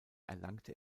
erlangte